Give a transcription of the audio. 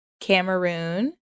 Cameroon